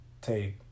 take